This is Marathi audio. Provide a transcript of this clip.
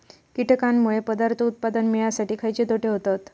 कीटकांनमुळे पदार्थ उत्पादन मिळासाठी खयचे तोटे होतत?